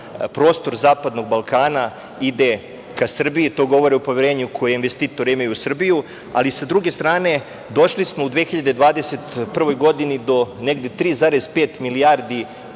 prostor Zapadnog Balkana ide ka Srbiji. To govori o poverenju koje investitori imaju u Srbiju, ali sa druge strane, došli smo u 2021. godini do negde 3,5 milijarde